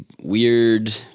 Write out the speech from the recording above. weird